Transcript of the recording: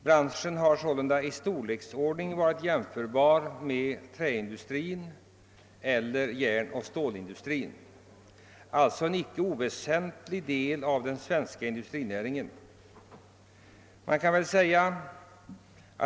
Branschen har således i storlek varit jämförbar med träindustrin eller järnoch stålindustrin och representerar en icke oväsentlig del av den svenska industrinäringen.